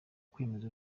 kwemeza